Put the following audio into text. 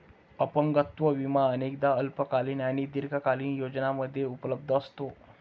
अपंगत्व विमा अनेकदा अल्पकालीन आणि दीर्घकालीन योजनांमध्ये उपलब्ध असतो